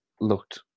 looked